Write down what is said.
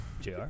JR